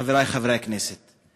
חברי חברי הכנסת,